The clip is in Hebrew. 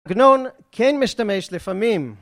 עגנון כן משתמש לפעמים